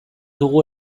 dugu